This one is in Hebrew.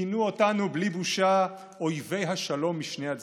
כינו אותנו בלי בושה "אויבי השלום משני הצדדים".